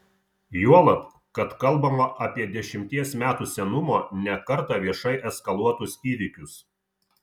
juolab kad kalbama apie dešimties metų senumo ne kartą viešai eskaluotus įvykius